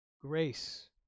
grace